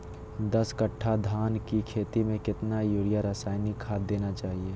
दस कट्टा धान की खेती में कितना यूरिया रासायनिक खाद देना चाहिए?